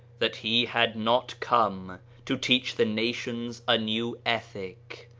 that he had not come to teach the nations a new ethic,